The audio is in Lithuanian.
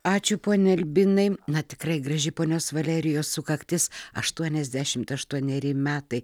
ačiū pone albinai na tikrai graži ponios valerijos sukaktis aštuoniasdešimt aštuoneri metai